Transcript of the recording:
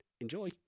Enjoy